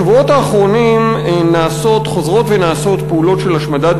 בשבועות האחרונים חוזרות ונעשות פעולות של השמדת